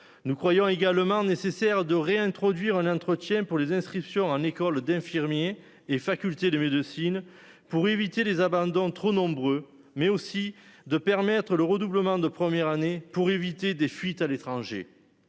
Nous croyons également nécessaire de réintroduire un entretien pour les inscriptions en école d'infirmiers et facultés de médecine pour éviter les abandons trop nombreux mais aussi de permettre le redoublement de première année pour éviter des fuites à l'étranger.